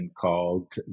called